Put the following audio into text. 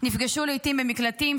נפגשו לעיתים במקלטים,